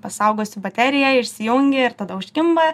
pasaugosiu bateriją išsijungi ir tada užkimba